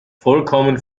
vollkommen